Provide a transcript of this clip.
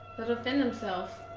they'll defend themselves.